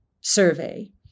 survey